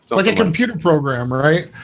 but like a computer program, right